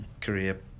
career